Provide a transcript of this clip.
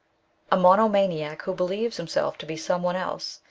a monomaniac who believes himself to be some one else,